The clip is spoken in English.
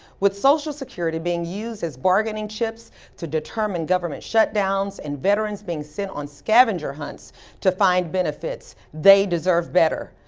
with social security being used as bargaining chips to determine government shutdowns and veterans being sent on scavenger hunts to find benefits. they deserve better.